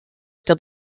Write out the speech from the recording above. still